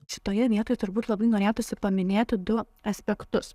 šitoje vietoje turbūt labai norėtųsi paminėti du aspektus